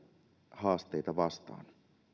haasteita vastaan